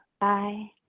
Bye